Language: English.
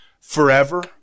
forever